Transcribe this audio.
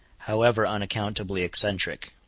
however unaccountably eccentric.